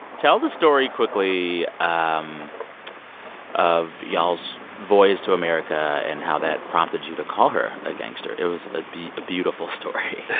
tell the story, quickly, um of y'all's voyage to america and how that prompted you to call her a gangster. it was ah a beautiful story.